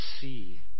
see